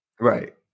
Right